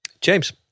James